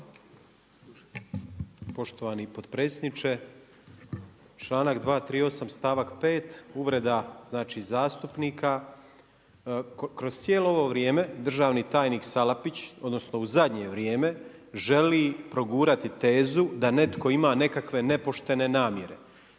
Poštovani potpredsjedniče. Članak 238. stavak 5. uvreda zastupnika. Kroz cijelo ovo vrijeme državni tajnik Salapić odnosno u zadnje vrijeme želi progurati tezu da netko ima nekakve nepoštene namjere.